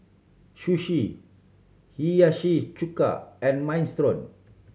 Sushi Hiyashi Chuka and Minestrone